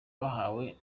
bahawe